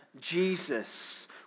Jesus